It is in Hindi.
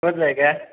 कौन जाएगा